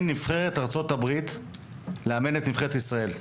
נבחרת ארצות הברית לאמן נבחרת ישראל,